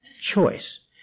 choice